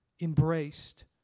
embraced